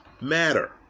matter